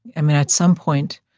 i mean, at some point,